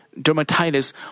dermatitis